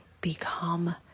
become